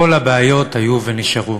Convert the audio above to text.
כל הבעיות היו ונשארו.